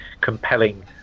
compelling